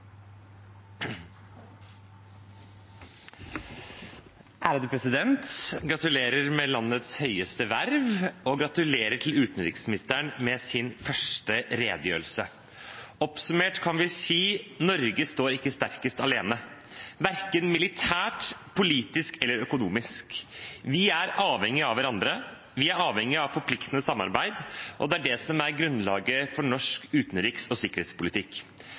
Ærede president! Gratulerer med landets høyeste verv, og gratulerer til utenriksministeren med sin første redegjørelse! Oppsummert kan vi si: Norge står ikke sterkest alene, verken militært, politisk eller økonomisk. Vi er avhengige av hverandre, vi er avhengige av forpliktende samarbeid, og det er det som er grunnlaget for norsk utenriks- og sikkerhetspolitikk: